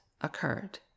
occurred